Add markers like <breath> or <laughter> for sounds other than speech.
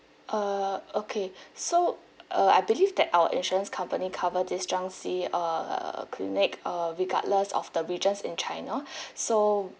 err okay <breath> so uh I believe that our insurance company cover this zhang xi err clinic err regardless of the regions in china <breath> so